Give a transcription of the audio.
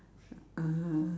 uh